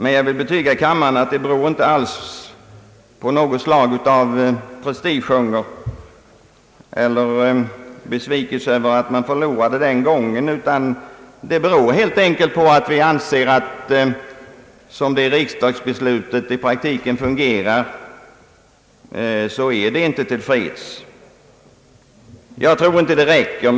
Men jag vill betyga kammaren att detta inte alls beror på prestigehunger eller besvikelse över att man förlorade den gången. Det beror helt enkelt på att vi anser att riksdagsbeslutet, som det i praktiken fungerar, inte är till fyllest.